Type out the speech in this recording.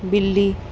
बिल्ली